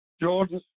Jordan